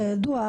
כידוע,